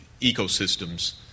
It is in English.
ecosystems